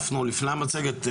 מצגת.